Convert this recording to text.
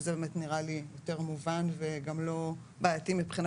שזה באמת נראה לי יותר מובן וגם לא בעייתי מבחינה